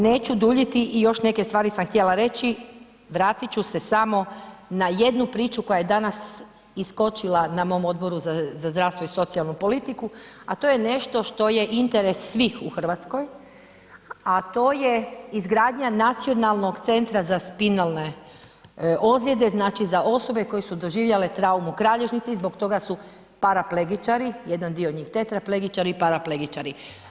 Neću duljiti i još neke stvari sam htjela reći, vratit ću se samo na jednu priču koja je danas iskočila na mom Odboru za zdravstvo i socijalnu politiku, a to je nešto što je interes svih u Hrvatskoj, a to je izgradnja Nacionalnog centra za spinalne ozljede, znači za osobe koje su doživjele traumu kralježnice i zbog toga su paraplegičari, jedan dio njih tetraplegičari i paraplegičari.